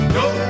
no